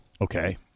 Okay